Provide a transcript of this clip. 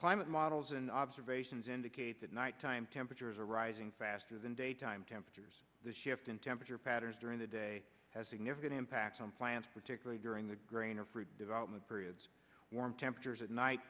climate models and observations indicate that nighttime temperatures are rising faster than daytime temperatures this shift in temperature patterns during the day has significant impacts on plants particularly during the grain of development periods warm temperatures at night